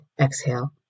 exhale